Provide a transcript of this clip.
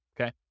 okay